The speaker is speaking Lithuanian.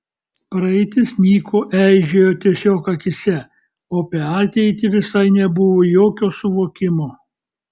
praeitis nyko eižėjo tiesiog akyse o apie ateitį visai nebuvo jokio suvokimo